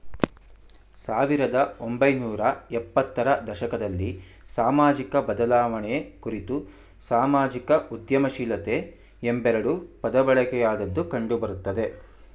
ಸಾವಿರದ ಒಂಬೈನೂರ ಎಪ್ಪತ್ತ ರ ದಶಕದಲ್ಲಿ ಸಾಮಾಜಿಕಬದಲಾವಣೆ ಕುರಿತು ಸಾಮಾಜಿಕ ಉದ್ಯಮಶೀಲತೆ ಎಂಬೆರಡು ಪದಬಳಕೆಯಾದದ್ದು ಕಂಡುಬರುತ್ತೆ